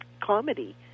comedy